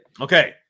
Okay